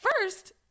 first